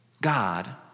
God